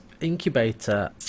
Incubator